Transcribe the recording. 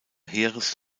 heeres